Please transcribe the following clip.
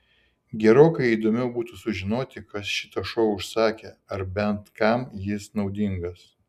gerokai įdomiau būtų sužinoti kas šitą šou užsakė ar bent kam jis naudingas